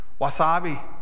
Wasabi